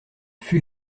fut